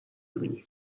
ببینی